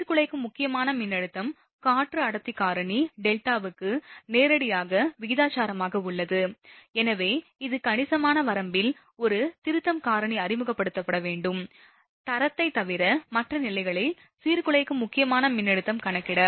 சீர்குலைக்கும் முக்கியமான மின்னழுத்தம் காற்று அடர்த்தி காரணி டெல்டாவுக்கு நேரடியாக விகிதாசாரமாக உள்ளது எனவே ஒரு கணிசமான வரம்பில் ஒரு திருத்தம் காரணி அறிமுகப்படுத்தப்பட வேண்டும் தரத்தை தவிர மற்ற நிலைகளில் சீர்குலைக்கும் முக்கியமான மின்னழுத்தத்தை கணக்கிட